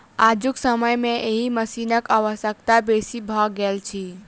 आजुक समय मे एहि मशीनक आवश्यकता बेसी भ गेल अछि